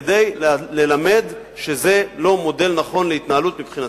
כדי ללמד שזה לא מודל נכון להתנהלות מבחינתנו.